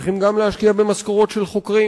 צריכים גם להשקיע במשכורות של חוקרים.